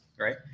Right